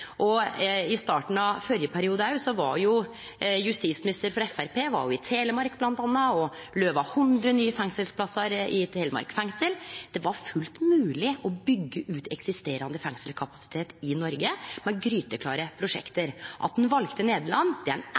I starten av førre periode var òg justisministeren, frå Framstegspartiet, bl.a. i Telemark og lova 100 nye fengselsplassar i Telemark fengsel. Det var fullt mogleg å byggje ut eksisterande fengselskapasitet i Noreg med gryteklare prosjekt. At ein valde Nederland, er ei ærleg sak. Me debatterte det mykje i Stortinget, me var ueinige i den